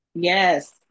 yes